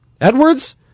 Edwards